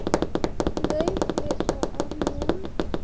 ᱞᱟᱹᱭ ᱞᱮᱫᱼᱟ ᱟᱨ ᱱᱚᱣᱟ